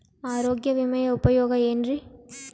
ಆರೋಗ್ಯ ವಿಮೆಯ ಉಪಯೋಗ ಏನ್ರೀ?